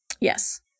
Yes